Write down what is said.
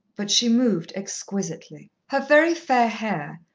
but she moved exquisitely. her very fair hair,